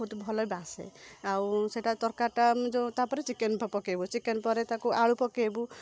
ବହୁତ ଭଲ ବାସେ ଆଉ ସେଇଟା ତରକାରୀଟା ଆମେ ଯେଉଁ ତାପରେ ଚିକେନଟା ପକେଇବୁ ଚିକେନ ପରେ ତାକୁ ଆଳୁ ପକାଇବୁ